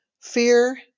fear